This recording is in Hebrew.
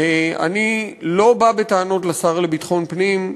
אני לא בא בטענות לשר לביטחון פנים,